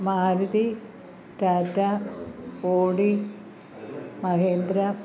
Maruti Tata Audi Mahendra